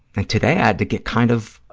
and today, i had to get kind of,